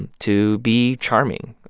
and to be charming.